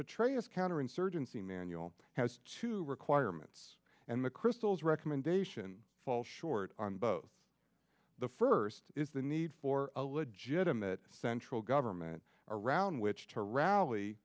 betrayal of counterinsurgency manual has two requirements and the crystals recommendation fall short on both the first is the need for a legitimate central government around which to rally